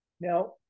Now